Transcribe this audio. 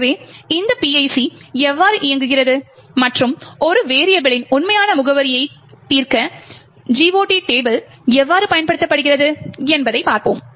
எனவே இந்த PIC எவ்வாறு இயங்குகிறது மற்றும் ஒரு வெரியபிளின் உண்மையான முகவரியைத் தீர்க்க GOT டேபிள் எவ்வாறு பயன்படுத்தப்படுகிறது என்பதைப் பார்ப்போம்